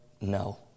No